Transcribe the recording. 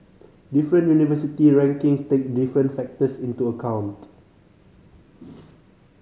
different university rankings take different factors into account